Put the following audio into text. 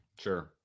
Sure